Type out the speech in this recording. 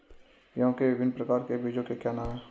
गेहूँ के विभिन्न प्रकार के बीजों के क्या नाम हैं?